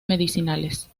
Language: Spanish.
medicinales